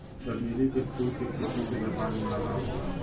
चमेली के फूल के खेती से व्यापार में बड़ा लाभ होला